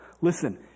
Listen